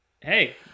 Hey